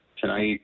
tonight